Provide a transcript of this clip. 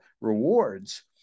rewards